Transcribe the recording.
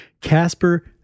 Casper